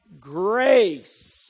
grace